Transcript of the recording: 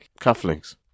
Cufflinks